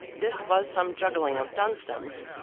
this was some juggling of dunstan's,